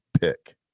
pick